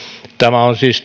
tämä on siis